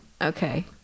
Okay